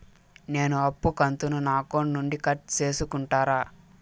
నేను అప్పు కంతును నా అకౌంట్ నుండి కట్ సేసుకుంటారా?